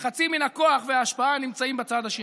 כשחצי מן הכוח וההשפעה נמצאים בצד השני.